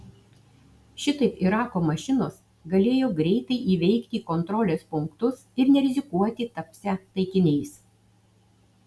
šitaip irako mašinos galėjo greitai įveikti kontrolės punktus ir nerizikuoti tapsią taikiniais